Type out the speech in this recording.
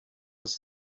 was